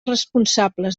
responsables